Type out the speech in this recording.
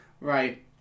Right